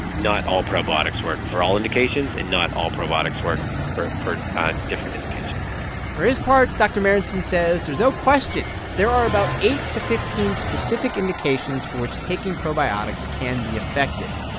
not all probiotics work for all indications, and not all probiotics work for for and different indications for his part, dr. merenstein says there's no question there are about eight to fifteen specific indications for which taking probiotics can be effective.